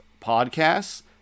Podcasts